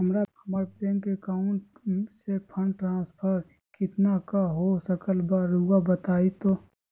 हमरा bank account से fund transfer कितना का हो सकल बा रुआ बताई तो?